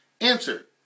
Answer